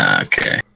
Okay